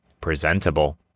presentable